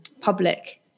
public